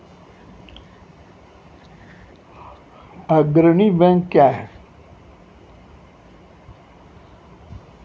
अग्रणी बैंक क्या हैं?